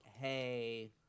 hey